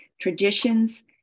traditions